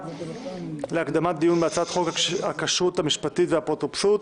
להקדמת דיון בהצעת חוק הכשרות המשפטית והאפוטרופסות